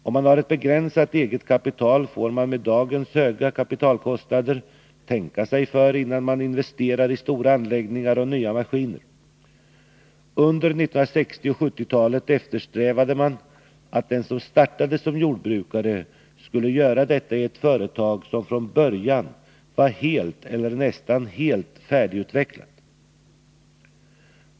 Om man har ett begränsat eget kapital får man med dagens höga kapitalkostnader tänka sig för innan man investerar i stora anläggningar och nya maskiner. Under 1960 och 1970-talen eftersträvade man att den som startade som jordbrukare skulle göra detta i ett företag som från början var helt eller nästan helt färdigutvecklat.